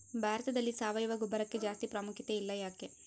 ಭಾರತದಲ್ಲಿ ಸಾವಯವ ಗೊಬ್ಬರಕ್ಕೆ ಜಾಸ್ತಿ ಪ್ರಾಮುಖ್ಯತೆ ಇಲ್ಲ ಯಾಕೆ?